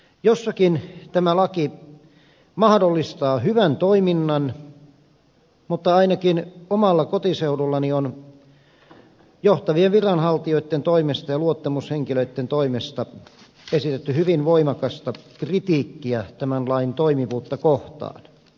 jossakin tämä laki mahdollistaa hyvän toiminnan mutta ainakin omalla kotiseudullani on johtavien viranhaltijoitten toimesta ja luottamushenkilöitten toimesta esitetty hyvin voimakasta kritiikkiä tämän lain toimivuutta kohtaan